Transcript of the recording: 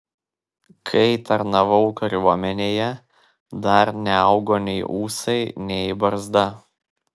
kai tarnavau kariuomenėje dar neaugo nei ūsai nei barzda